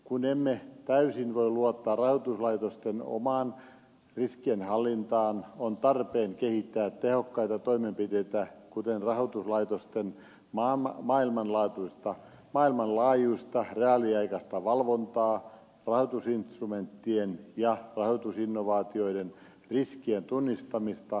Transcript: kun emme täysin voi luottaa rahoituslaitosten omaan riskienhallintaan on tarpeen kehittää tehokkaita toimenpiteitä kuten rahoituslaitosten maailmanlaajuista reaaliaikaista valvontaa rahoitusinstrumenttien ja rahoitusinnovaatioiden riskien tunnistamista ja valvontaa